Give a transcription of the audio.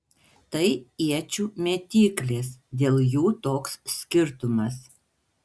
tai iečių mėtyklės dėl jų toks skirtumas